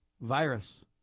virus